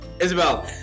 Isabel